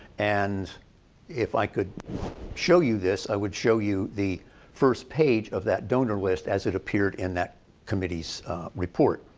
and if i could show you this, i would show you the first page of that donors' list as it appeared in that committee's report.